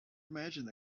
imagined